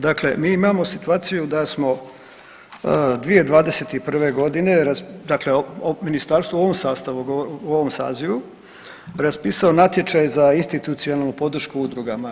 Dakle, mi imamo situaciju da smo 2021. godine, dakle ministarstvo u ovom sastavu u ovom sazivu raspisao natječaj za institucionalnu podršku udrugama.